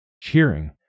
cheering